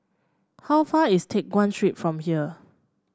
how far is Teck Guan Street from here